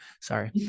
sorry